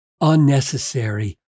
unnecessary